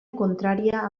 contrària